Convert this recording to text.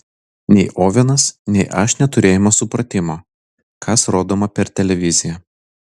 nei ovenas nei aš neturėjome supratimo kas rodoma per televiziją